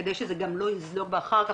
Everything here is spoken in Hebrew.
כדי שזה לא יזלוג אחר כך.